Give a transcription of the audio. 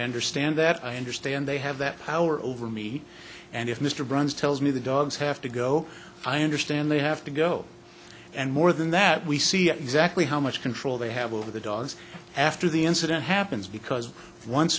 understand that i understand they have that power over me and if mr bronze tells me the dogs have to go i understand they have to go and more than that we see exactly how much control they have over the dogs after the incident happens because once